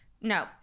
no